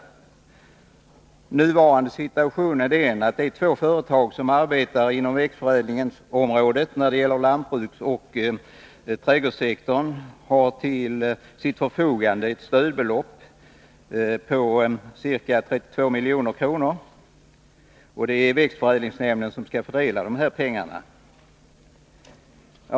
Den nuvarande situationen är den att de två företag som arbetar inom växtförädlingsområdet på lantbruksoch trädgårdssektorn har till sitt förfogande ett stödbelopp på ca 32 milj.kr. Växtförädlingsnämnden skall fördela pengarna.